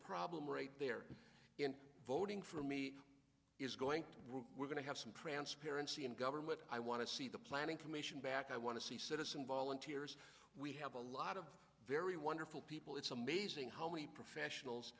problem right there in voting for me is going to we're going to have some transparency in government i want to see the planning commission back i want to see citizen volunteers we have a lot of very wonderful people it's amazing how many professionals